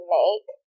make